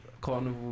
Carnival